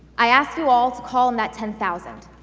i ask you all to call on that ten thousand.